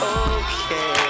okay